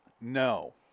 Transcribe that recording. No